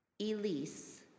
Elise